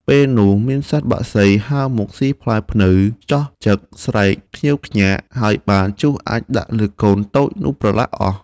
ពេលនោះមានសត្វបក្សីហើរមកស៊ីផ្លែព្នៅ ចោះចឹកស្រែកខ្ញៀវខ្ញារ ហើយបានជុះអាចម៍ដាក់លើកូនតូចនោះប្រឡាក់អស់។